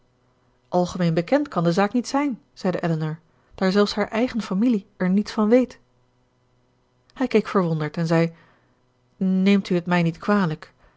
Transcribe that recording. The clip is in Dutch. algemeen bekend kan de zaak niet zijn zeide elinor daar zelfs haar eigen familie er niets van weet hij keek verwonderd en zei neemt u het mij niet kwalijk